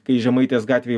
kai žemaitės gatvėj